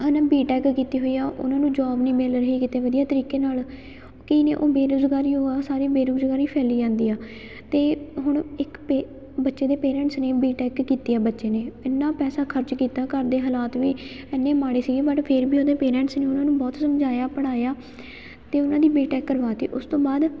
ਉਹਨੇ B tech ਕੀਤੀ ਹੋਈ ਆ ਉਹਨਾਂ ਨੂੰ ਜੋਬ ਨਹੀਂ ਮਿਲ ਰਹੀ ਕਿਤੇ ਵਧੀਆ ਤਰੀਕੇ ਨਾਲ ਕੀ ਨੇ ਉਹ ਬੇਰੁਜ਼ਗਾਰੀ ਓ ਆ ਸਾਰੀ ਬੇਰੁਜ਼ਗਾਰੀ ਫੈਲੀ ਜਾਂਦੀ ਆ ਤਾਂ ਹੁਣ ਇੱਕ ਪੇ ਬੱਚੇ ਦੇ ਪੇਰੈਂਟਸ ਨੇ ਬੀ ਟੈਕ ਕੀਤੀ ਆ ਬੱਚੇ ਨੇ ਇੰਨਾ ਪੈਸਾ ਖਰਚ ਕੀਤਾ ਘਰ ਦੇ ਹਾਲਾਤ ਵੀ ਇੰਨੇ ਮਾੜੇ ਸੀਗੇ ਬਟ ਫਿਰ ਵੀ ਉਹਦੇ ਪੇਰੈਂਟਸ ਨੇ ਉਹਨਾਂ ਨੂੰ ਬਹੁਤ ਸਮਝਾਇਆ ਪੜ੍ਹਾਇਆ ਅਤੇ ਉਹਨਾਂ ਦੀ ਬੀ ਟੈਕ ਕਰਵਾ ਤੀ ਉਸ ਤੋਂ ਬਾਅਦ